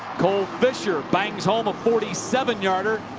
cole fisher bangs home a thirty seven yarder.